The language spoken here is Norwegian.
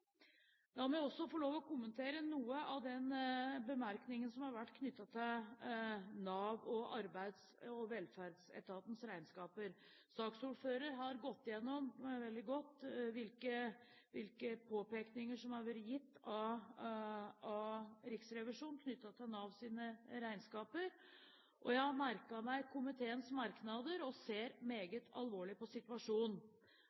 La meg også få lov å kommentere noe av den bemerkningen som har vært knyttet til Navs og Arbeids- og velferdsetatens regnskaper. Saksordføreren har veldig godt gått gjennom hvilke påpekninger som har vært gitt av Riksrevisjonen knyttet til Navs regnskaper, og jeg har merket meg komiteens merknader og ser